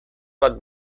bat